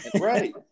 right